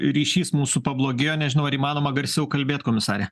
ryšys mūsų pablogėjo nežinau ar įmanoma garsiau kalbėt komisare